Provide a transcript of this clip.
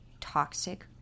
toxic